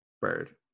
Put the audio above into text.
Bird